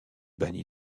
banni